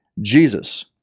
Jesus